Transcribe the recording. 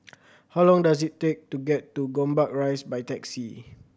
how long does it take to get to Gombak Rise by taxi